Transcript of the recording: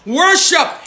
worship